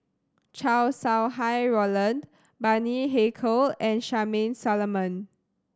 Chow Sau Hai Roland Bani Haykal and Charmaine Solomon